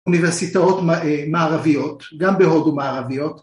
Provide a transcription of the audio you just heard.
‫אוניברסיטאות מ... אה... מערביות, ‫גם בהודו מערביות.